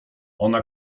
ona